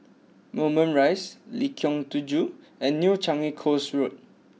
Moulmein Rise Lengkong Tujuh and New Changi Coast Road